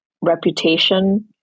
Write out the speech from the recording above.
reputation